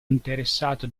interessato